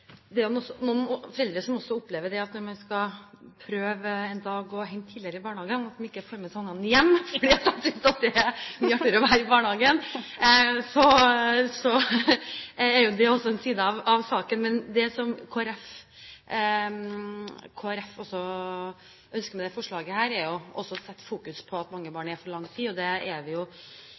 noen foreldre som også opplever at når man skal prøve en dag å hente tidligere i barnehagen, får man ikke med seg ungene hjem, fordi de synes det er mye artigere å være i barnehagen. Så det er også en side av saken. Men det som Kristelig Folkeparti ønsker med dette forslaget, er å sette fokus på at mange er der for lang tid. Det er vi